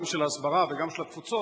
גם של ההסברה וגם של התפוצות,